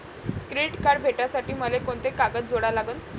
Credit card भेटासाठी मले कोंते कागद जोडा लागन?